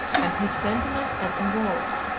and his sentiments as involved.